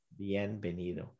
Bienvenido